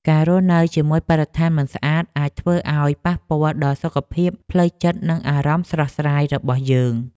ការរស់នៅជាមួយបរិស្ថានមិនស្អាតអាចធ្វើឱ្យប៉ះពាល់ដល់សុខភាពផ្លូវចិត្តនិងអារម្មណ៍ស្រស់ស្រាយរបស់យើង។